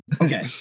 Okay